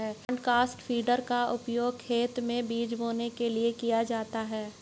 broadcast feeder का उपयोग खेत में बीज बोने के लिए किया जाता है